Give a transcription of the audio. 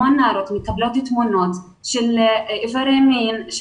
המון נערות מקבלות תמונות של אברי מין,